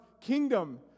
kingdom